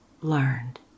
learned